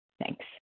thanks